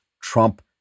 Trump